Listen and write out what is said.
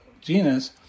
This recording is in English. genus